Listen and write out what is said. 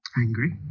angry